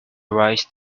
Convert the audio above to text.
rise